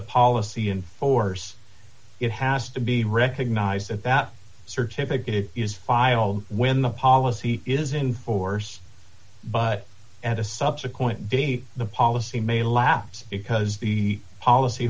a policy in force it has to be recognized that that certificate is filed when the policy is in force but at a subsequent v the policy may lapse because the policy